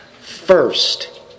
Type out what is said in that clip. first